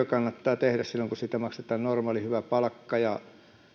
kannattaa tehdä silloin kun siitä maksetaan normaali hyvä palkka ja